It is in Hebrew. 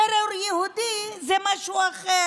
טרור יהודי זה משהו אחר.